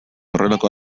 horrelako